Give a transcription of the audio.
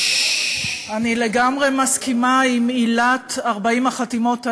אני לגמרי מסכימה עם עילת 40 החתימות האלה,